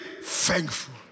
thankful